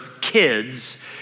kids